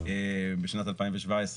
בשנת 2017,